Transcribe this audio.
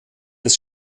des